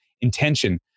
intention